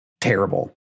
terrible